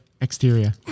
Exterior